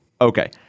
Okay